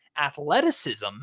athleticism